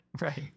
right